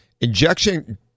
Injection